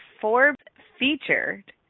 Forbes-featured